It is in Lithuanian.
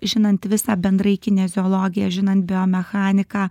žinant visą bendrai kineziologiją žinant biomechaniką